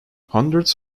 hundreds